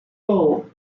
goal